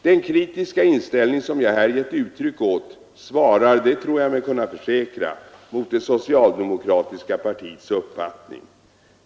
Den kritiska inställning som jag här gett uttryck åt svarar — det tror jag mig kunna försäkra — mot det socialdemokratiska partiets uppfattning.